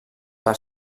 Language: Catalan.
per